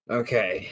okay